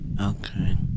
Okay